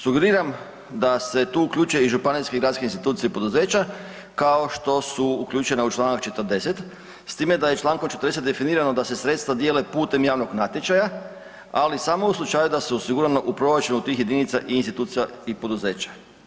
Sugeriram da se tu uključuju i županijske i gradske institucije i poduzeća kao što su uključena u članak 40. s time da je člankom 40. definirano da se sredstva dijele putem javnog natječaja, ali samo u slučaju da su osigurana u proračunu tih jedinica i institucija i poduzeća.